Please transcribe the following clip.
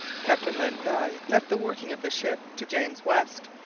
captain len guy left the working of the ship to james west,